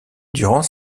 durant